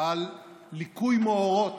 על ליקוי מאורות